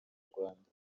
rwanda